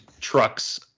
trucks